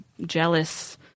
jealous